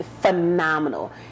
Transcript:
phenomenal